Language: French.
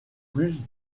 plus